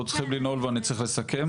כי אנחנו צריכים לנעול ואני צריך לסכם.